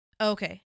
Okay